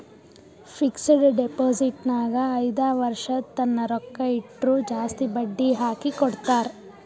fixed deposit ನಾಗ್ ಐಯ್ದ ವರ್ಷ ತನ್ನ ರೊಕ್ಕಾ ಇಟ್ಟುರ್ ಜಾಸ್ತಿ ಬಡ್ಡಿ ಹಾಕಿ ಕೊಡ್ತಾರ್